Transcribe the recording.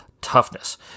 toughness